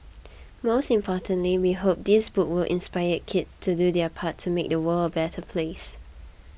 most importantly we hope this book will inspire kids to do their part to make the world a better place